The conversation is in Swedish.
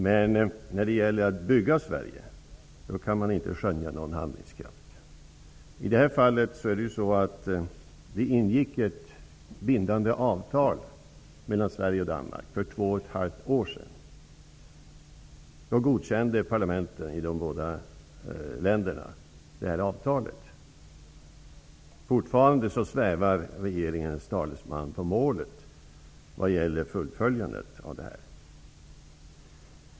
Men när det gäller att bygga Sverige kan man inte skönja någon handlingskraft. Vi ingick ett bindande avtal mellan Sverige och Danmark för två och ett halvt år sedan. Då godkände parlamenten i de båda länderna avtalet. Men regeringens talesman svävar fortfarande på målet när det gäller fullföljandet av det.